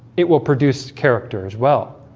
it will produce character as well,